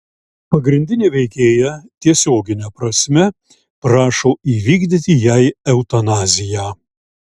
pagrindinė veikėja tiesiogine prasme prašo įvykdyti jai eutanaziją